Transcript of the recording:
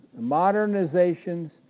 modernizations